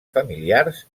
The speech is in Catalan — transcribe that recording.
familiars